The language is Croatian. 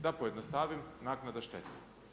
Da pojednostavim naknada štete.